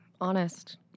honest